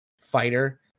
fighter